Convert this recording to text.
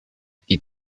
die